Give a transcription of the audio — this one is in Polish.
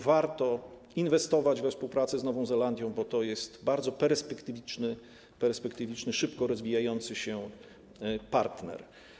Warto inwestować we współpracę z Nową Zelandią, bo to jest bardzo perspektywiczny, szybko rozwijający się partner.